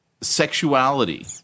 sexuality